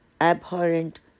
abhorrent